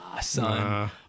son